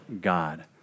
God